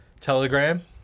telegram